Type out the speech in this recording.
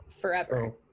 forever